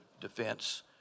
defense